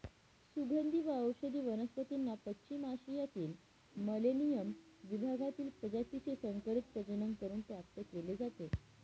सुगंधी व औषधी वनस्पतींना पश्चिम आशियातील मेलेनियम विभागातील प्रजातीचे संकरित प्रजनन करून प्राप्त केले जाते